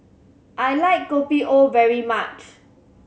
I like Kopi O very much